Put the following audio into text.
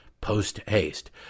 post-haste